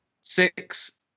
Six